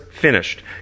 finished